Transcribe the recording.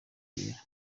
biyongera